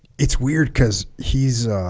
it's weird because he's ah